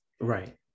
right